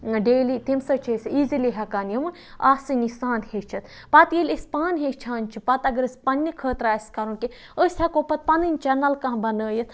daily تٔمۍ سۭتۍ چھِ أسۍ ایٖزلی ہٮ۪کان یِمہٕ آسٲنی سان ہیٚچھِتھ پَتہٕ ییٚلہِ أسۍ پانہٕ ہیٚچھان چھِ پَتہٕ اگر أسۍ پنٛنہِ خٲطرٕ آسہِ کَرُن کینٛہہ أسۍ ہٮ۪کو پَتہٕ پَنٕنۍ چَنَل کانٛہہ بَنٲیِتھ